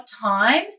time